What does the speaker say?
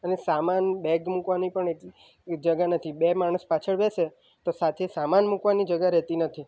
અને સામાન બેગ મૂકવાની પણ એ એ જગ્યા નથી બે માણસ પાછળ બેસે તો સાથે સામાન મૂકવાની જગ્યા રહેતી નથી